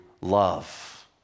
love